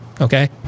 Okay